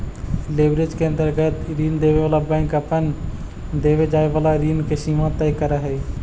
leverage के अंतर्गत ऋण देवे वाला बैंक अपन देवे जाए वाला ऋण के सीमा तय करऽ हई